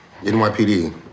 NYPD